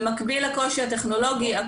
במקביל לקושי הטכנולוגי,